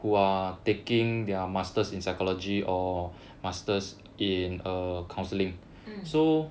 mm